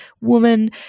woman